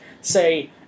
say